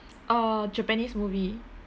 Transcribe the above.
a japanese movie